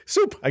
Soup